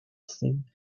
things